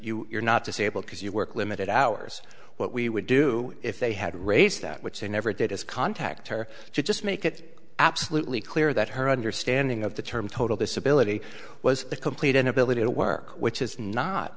says you're not disabled because you work limited hours what we would do if they had raised that which they never did as contact or just make it absolutely clear that her understanding of the term total disability was a complete inability to work which is not